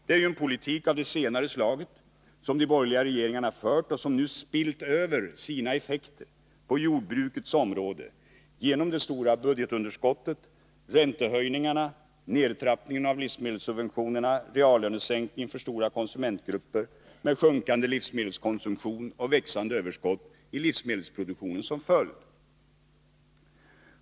Det är ju en politik av det senare slaget som de borgerliga regeringarna fört och som nu ”spillt över” sina effekter på jordbrukets område genom det stora budgetunderskottet, räntehöjningarna, nedtrappningen av livsmedelssubventionerna och reallönesänkningen för stora konsumentgrupper, med sjunkande livsmedelskonsumtion och växande överskott i livsmedelsproduktionen som följd.